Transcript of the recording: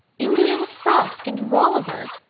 indiana frusk and rolliver!